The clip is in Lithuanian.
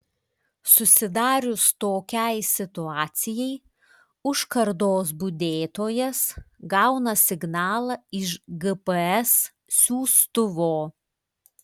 susidarius tokiai situacijai užkardos budėtojas gauna signalą iš gps siųstuvo